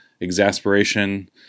exasperation